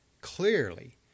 clearly